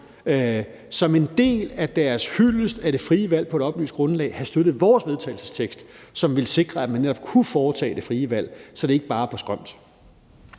som en del af deres hyldest til det frie valg på et oplyst grundlag burde have støttet vores vedtagelsestekst, som ville sikre, at man netop kunne foretage det frie valg, så det ikke bare er på skrømt.